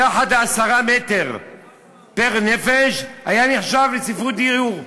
מתחת ל-10 מטר פר-נפש, זה היה נחשב לצפיפות דיור.